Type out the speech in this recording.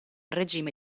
regime